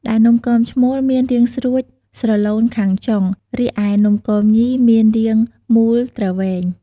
ដែលនំគមឈ្មោល មានរាងស្រួចស្រឡូនខាងចុង រីឯនំគមញី មានរាងមូលទ្រវែង។